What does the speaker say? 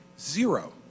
Zero